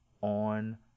on